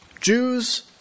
Jews